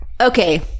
Okay